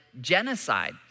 genocide